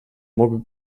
mogę